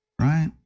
right